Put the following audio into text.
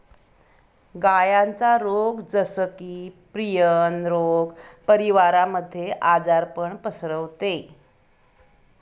गायांचा रोग जस की, प्रियन रोग परिवारामध्ये आजारपण पसरवते